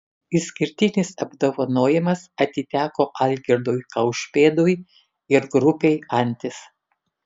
išskirtinis apdovanojimas atiteko algirdui kaušpėdui ir grupei antis